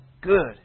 good